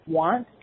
want